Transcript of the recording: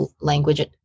language